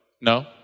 no